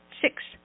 Six